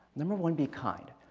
number one be kind,